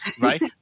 right